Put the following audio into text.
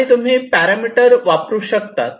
आणि तुम्ही पॅरामीटर वापरू शकतात